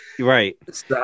right